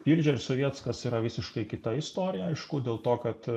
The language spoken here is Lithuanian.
tilžė ir sovietskas yra visiškai kita istorija aišku dėl to kad